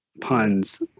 puns